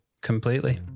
completely